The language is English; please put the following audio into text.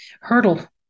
hurdle